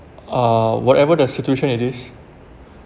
uh whatever the situation it is